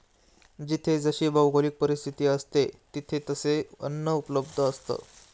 जिथे जशी भौगोलिक परिस्थिती असते, तिथे तसे अन्न उपलब्ध असतं